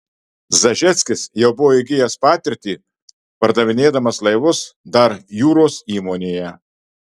zažeckis jau buvo įgijęs patirtį pardavinėdamas laivus dar jūros įmonėje